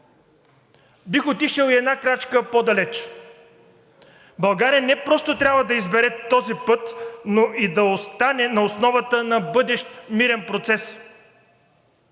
Бих отишъл и една крачка по-далеч. България не просто трябва да избере този път, но и да остане на основата на бъдещ мирен процес.